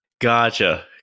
Gotcha